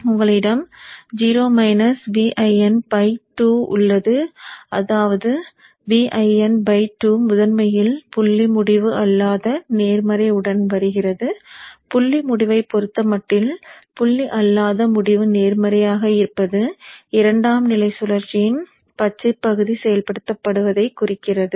உங்களிடம் 0 minus Vin by 2 உள்ளது அதாவது Vin 2 முதன்மையில் புள்ளி முடிவு அல்லாத நேர்மறை உடன் வருகிறது புள்ளி முடிவைப் பொறுத்தமட்டில் புள்ளி அல்லாத முடிவு நேர்மறையாக இருப்பது இரண்டாம் நிலை சுழற்சியின் பச்சைப் பகுதி செயல்படுத்தப் படுவதை குறிக்கிறது